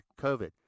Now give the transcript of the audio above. COVID